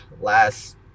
last